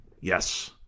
yes